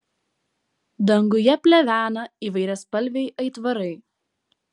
danguje plevena įvairiaspalviai aitvarai